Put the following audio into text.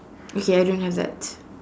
okay I don't have that